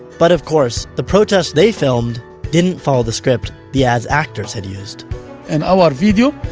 but of course the protest they filmed didn't follow the script the ad's actors had used in our video,